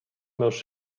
meus